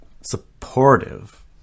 supportive